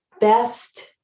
best